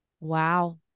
Wow